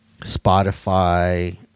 Spotify